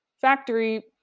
factory